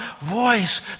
voice